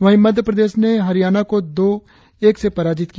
वही मध्यप्रदेश ने हरियाणा को दो एक से पराजित किया